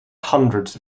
hundreds